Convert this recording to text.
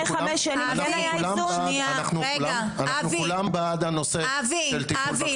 אנחנו כולנו בעד הנושא של תיקון --- אבי,